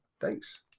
Thanks